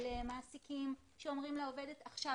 על מעסיקים שאומרים לעובדת עכשיו,